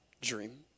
dream